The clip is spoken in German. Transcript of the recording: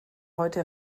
heute